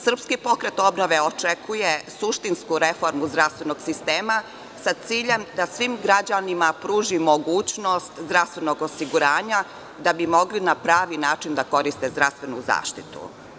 Srpski pokret obnove očekuje suštinsku reformu zdravstvenog sistema sa ciljem da svim građanima pruži mogućnost zdravstvenog osiguranja da bi mogli na pravi način da koriste zdravstvenu zaštitu.